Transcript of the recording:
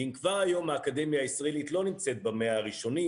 ואם כבר היום האקדמיה הישראלית לא נמצאת ב-100 הראשונים